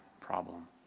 problem